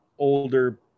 Older